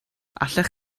allech